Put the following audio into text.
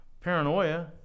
paranoia